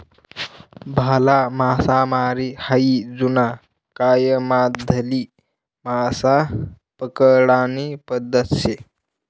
भाला मासामारी हायी जुना कायमाधली मासा पकडानी पद्धत शे